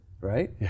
right